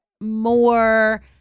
more